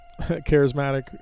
charismatic